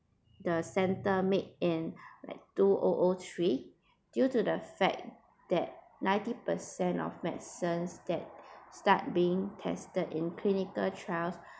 the centre made in two o o three due to the fact that ninety percent of medicines that start being tested in clinical trials